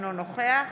אינו נוכח